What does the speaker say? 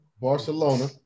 Barcelona